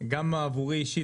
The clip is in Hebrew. גם עבורי אישית,